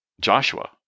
Joshua